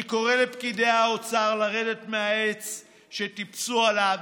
אני קורא לפקידי האוצר לרדת מהעץ שטיפסו עליו